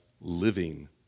living